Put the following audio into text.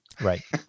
right